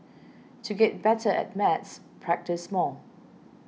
to get better at maths practise more